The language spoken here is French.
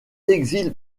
l’exil